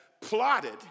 plotted